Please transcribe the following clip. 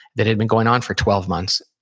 that had been going on for twelve months.